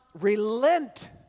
relent